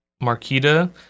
Marquita